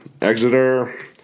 exeter